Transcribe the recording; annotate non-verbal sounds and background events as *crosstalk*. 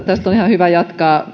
tästä on ihan hyvä jatkaa *unintelligible*